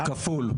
כפול.